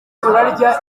turarya